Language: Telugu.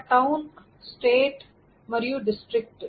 ఒక టౌన్ స్టేట్ మరియు డిస్ట్రిక్ట్